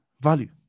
Value